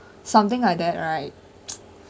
something like that right